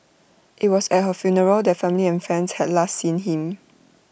IT was at her funeral that family and friends had last seen him